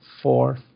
four